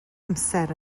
amser